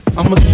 I'ma